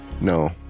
No